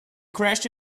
crashed